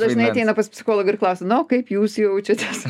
dažnai ateina pas psichologą ir klausia na o kaip jūs jaučiatės